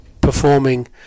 performing